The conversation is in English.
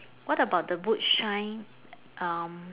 what about the boot shine um